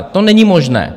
To není možné.